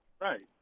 Right